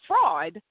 fraud